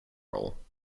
role